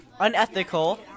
Unethical